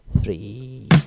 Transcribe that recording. three